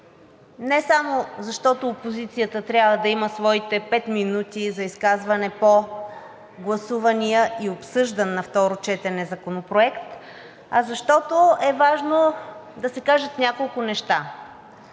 не само защото опозицията трябва да има своите пет минути за изказване по гласувания и обсъждан на второ четене законопроект, а защото е важно да се кажат няколко неща.